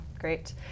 great